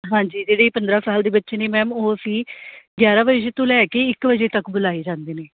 ਹਾਂਜੀ ਜਿਹੜੀ ਪੰਦਰਾਂ ਸਾਲ ਦੀ ਬੱਚੇ ਨੇ ਮੈਮ ਉਹ ਅਸੀਂ ਗਿਆਰਾਂ ਵਜੇ ਤੋਂ ਲੈ ਕੇ ਇੱਕ ਵਜੇ ਤੱਕ ਬੁਲਾਏ ਜਾਂਦੇ ਨੇ